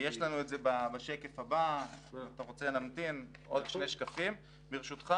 יש לנו את זה עוד שני שקפים, ברשותך.